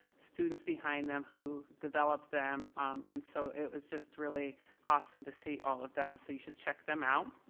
students behind them who developed them and so it was just really awesome to see all of that. so you should check them out.